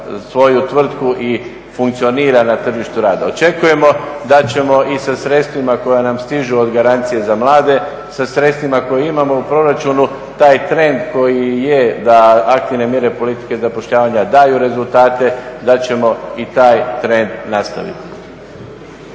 svoju tvrtku i funkcionira na tržištu rada. Očekujemo da ćemo i sa sredstvima koja nam stižu od garancije za mlade, sa sredstvima koja imamo u proračunu taj trend koji je, da aktivne mjere politike zapošljavanja daju rezultate, da ćemo i taj trend nastaviti.